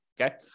okay